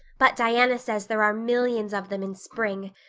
but diana says there are millions of them in spring.